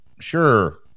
Sure